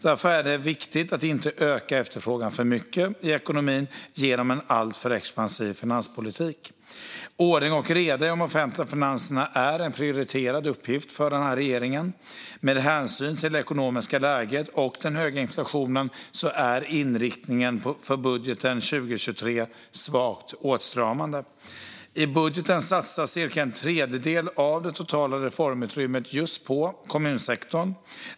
Därför är det viktigt att inte öka efterfrågan för mycket i ekonomin genom en för expansiv finanspolitik. Ordning och reda i de offentliga finanserna är en prioriterad uppgift för regeringen. Med hänsyn till det ekonomiska läget och den höga inflationen är inriktningen på budgeten för 2023 svagt åtstramande. I budgeten satsas cirka en tredjedel av det totala reformutrymmet på kommunsektorn.